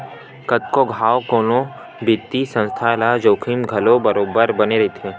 कतको घांव कोनो बित्तीय संस्था ल जोखिम घलो बरोबर बने रहिथे